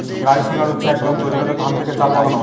rice huller হচ্ছে এক যন্ত্র যেটাতে ধান থেকে চাল বানানো হয়